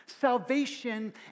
Salvation